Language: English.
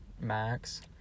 max